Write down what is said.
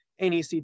NEC